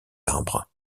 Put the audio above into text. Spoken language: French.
arbres